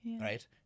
right